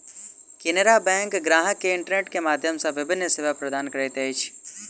Canara bank ग्राहक के internet के माध्यम सॅ विभिन्न सेवा प्रदान करैत अछि